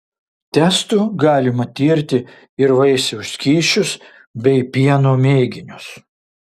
testu galima tirti ir vaisiaus skysčius bei pieno mėginius